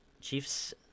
Chiefs